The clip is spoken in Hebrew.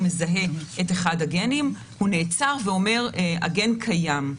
מזהה את אחד הגנים הוא נעצר ואומר שהגן קיים.